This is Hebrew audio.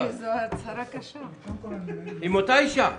עם אותה אישה,